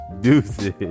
Deuces